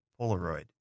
Polaroid